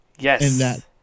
Yes